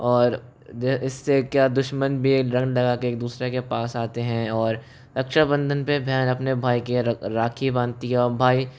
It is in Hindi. और इससे क्या दुश्मन रंग लगा कर एक दूसरे के पास आते हैं और रक्षाबंधन पर बहन अपने भाई के ओर राखी बांधती है और भाई